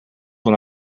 when